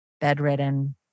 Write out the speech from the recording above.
bedridden